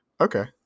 okay